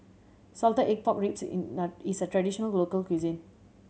salted egg pork ribs is a traditional local cuisine